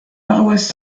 paroisse